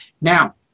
Now